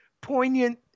poignant